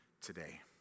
today